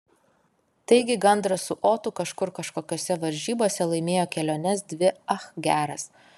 taigi gandras su otu kažkur kažkokiose varžybose laimėjo keliones dvi ach geras